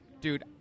dude